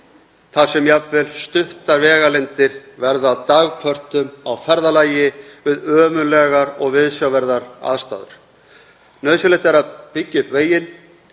þar sem jafnvel stuttar vegalengdir verða að dagpörtum á ferðalagi við ömurlegar og viðsjárverðar aðstæður. Nauðsynlegt er að byggja upp veginn,